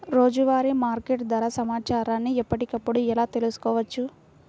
రోజువారీ మార్కెట్ ధర సమాచారాన్ని ఎప్పటికప్పుడు ఎలా తెలుసుకోవచ్చు?